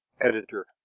Editor